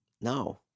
no